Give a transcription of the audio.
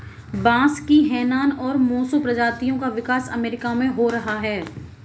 बांस की हैनान और मोसो प्रजातियों का विकास अमेरिका में हो रहा है